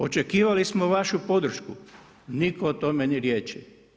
Očekivali smo vašu podršku, niko o tome ni riječi.